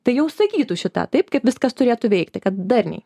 tai jau sakytų šį tą taip kaip viskas turėtų veikti kad darniai